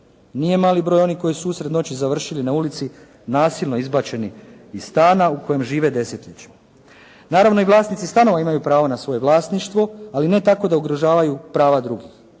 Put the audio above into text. Nije mali broj onih koji su usred noći završili na ulici nasilno izbačeni iz stana u kome žive desetljećima. Naravno i vlasnici stanova imaju pravo na svoje vlasništvo ali ne tako da ugrožavaju prava drugih.